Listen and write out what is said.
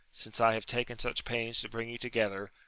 since i have taken such pains to bring you together,